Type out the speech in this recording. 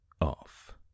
off